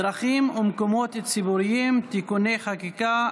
דרכים ומקומות ציבוריים (תיקוני חקיקה),